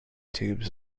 tubes